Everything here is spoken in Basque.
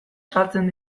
saltzen